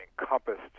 encompassed